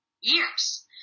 years